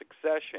Succession